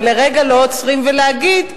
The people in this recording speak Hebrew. ולרגע, לא עוצרים, ולהגיד: